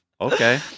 Okay